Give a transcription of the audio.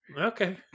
Okay